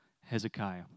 Hezekiah